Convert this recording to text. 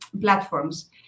platforms